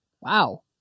Wow